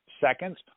seconds